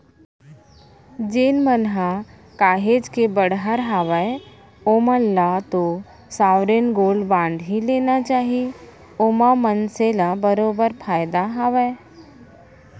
जेन मन ह काहेच के बड़हर हावय ओमन ल तो साँवरेन गोल्ड बांड ही लेना चाही ओमा मनसे ल बरोबर फायदा हावय